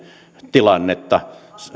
tilannetta sadalla